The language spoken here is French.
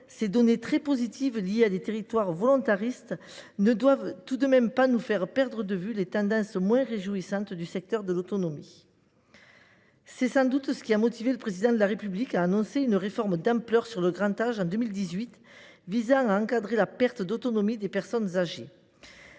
ces données très positives liées à des territoires volontaristes ne doivent pas nous faire perdre de vue les tendances moins réjouissantes du secteur de l’autonomie. C’est sans doute ce qui a motivé le Président de la République à annoncer, en 2018, une réforme d’ampleur sur le grand âge, visant à encadrer la perte d’autonomie des personnes âgées.